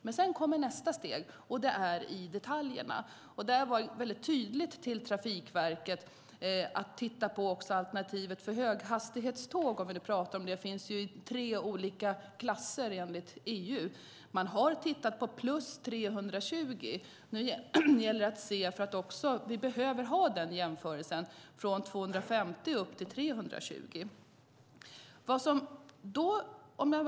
Men sedan kommer nästa steg, som handlar om detaljerna. Trafikverket fick ett tydligt uppdrag att också titta på alternativet med höghastighetståg. Det finns tre olika klasser enligt EU. Man har tittat på tåg som går snabbare än 320 kilometer i timmen. Nu gäller det att också göra en jämförelse för hastigheter från 250 upp till 320. Herr talman!